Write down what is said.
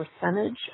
percentage